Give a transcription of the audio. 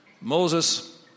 Moses